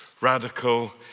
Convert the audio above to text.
radical